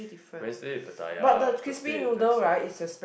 Wednesday pattaya Thursday is black sauce